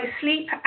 sleep